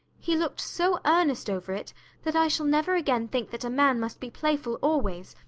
he looked so earnest over it that i shall never again think that a man must be playful always,